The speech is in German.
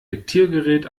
diktiergerät